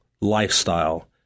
lifestyle